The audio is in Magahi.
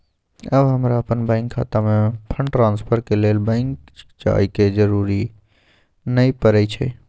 अब हमरा अप्पन बैंक खता में फंड ट्रांसफर के लेल बैंक जाय के जरूरी नऽ परै छइ